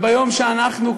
ביום שאנחנו,